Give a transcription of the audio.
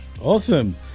awesome